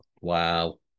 Wow